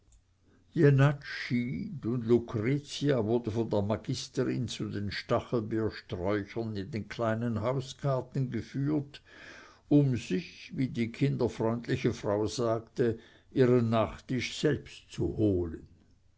lucretia wurde von der magisterin zu den stachelbeersträuchern in den kleinen hausgarten geführt um sich wie die kinderfreundliche frau sagte ihren nachtisch selbst zu holen